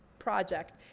project.